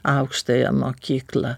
aukštąją mokyklą